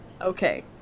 Okay